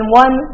one